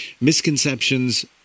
misconceptions